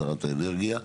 שרת האנרגיה,